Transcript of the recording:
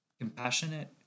Compassionate